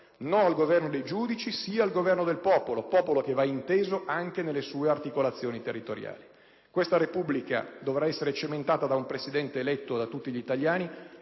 No al governo dei giudici, sì al governo del popolo, popolo che va inteso anche nelle sue articolazioni territoriali. Questa Repubblica dovrà essere cementata da un Presidente eletto da tutti gli italiani,